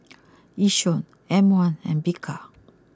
Yishion M one and Bika